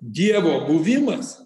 dievo buvimas